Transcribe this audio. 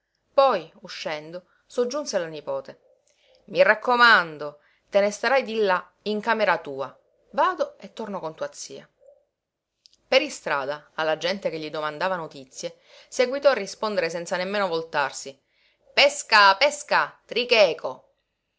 poi uscendo soggiunse alla nipote i raccomando te ne starai di là in camera tua vado e torno con tua zia per istrada alla gente che gli domandava notizie seguitò a rispondere senza nemmeno voltarsi pesca pesca tricheco